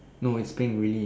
no it's pink really